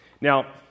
Now